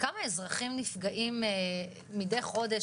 כמה אזרחים נפגעים מדי חודש,